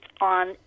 on